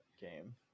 game